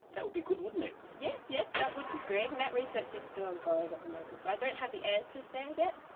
that would be good wouldn't it! yes, yes, that would be good, and that research is still ongoing at the moment. so i don't have the answers there yet.